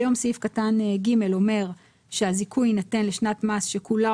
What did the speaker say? היום סעיף קטן (ג) אומר ש"הזיכוי יינתן לשנת מס שכולה